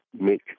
make